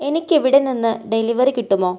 എനിക്കിവിടെ നിന്ന് ഡെലിവറി കിട്ടുമോ